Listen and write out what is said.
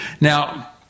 Now